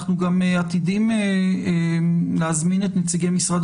אנחנו גם עתידים להזמין את נציגי משרד